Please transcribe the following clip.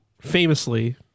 famously